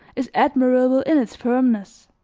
is admirable in its firmness.